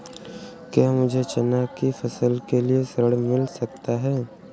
क्या मुझे चना की फसल के लिए ऋण मिल सकता है?